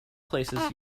places